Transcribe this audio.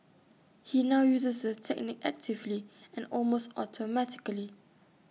he now uses the technique actively and almost automatically